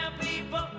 people